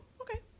okay